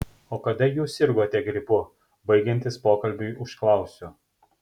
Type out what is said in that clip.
o kada jūs sirgote gripu baigiantis pokalbiui užklausiu